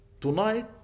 tonight